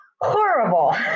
horrible